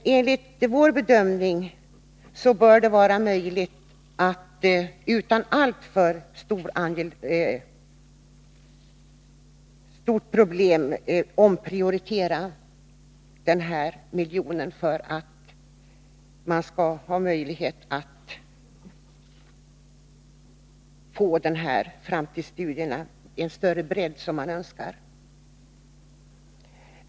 Enligt vår bedömning bör det vara möjligt att utan alltför stora problem omprioritera denna miljon för att det skall bli möjligt att få den större bredd i framtidsstudierna som man önskar.